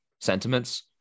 sentiments